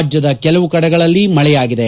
ರಾಜ್ಯದ ಕೆಲವು ಕಡೆಗಳಲ್ಲಿ ಮಳೆಯಾಗಿದೆ